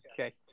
Okay